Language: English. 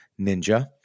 Ninja